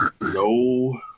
No